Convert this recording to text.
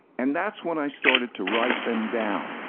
and that's when i started to write them down.